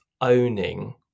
owning